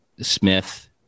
Smith